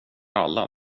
alla